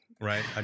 Right